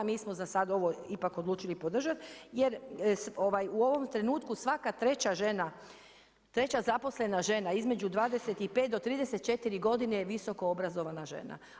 Mi smo zasad ovo ipak odlučili podržati jer u ovom trenutku svaka treća žena, treća zaposlena žena između 25 do 34 godine je visokoobrazovana žena.